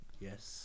Yes